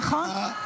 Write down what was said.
(חבר הכנסת גלעד קריב יוצא מאולם המליאה.) נכון.